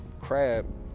crab